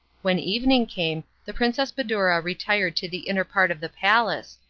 when evening came the princess badoura retired to the inner part of the palace,